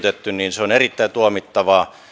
se on erittäin tuomittavaa